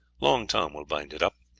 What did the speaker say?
long tom will bind it up.